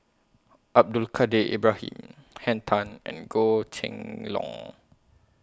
Abdul Kadir Ibrahim Henn Tan and Goh Kheng Long